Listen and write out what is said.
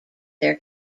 their